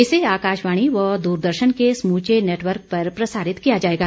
इसे आकाशवाणी व दूरदर्शन के समूचे नेटवर्क पर प्रसारित किया जाएगा